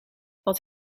wat